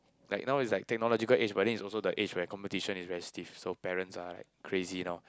like now is like technological age but then is also the age where competition is really stiff so parents are like crazy now